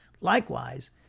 likewise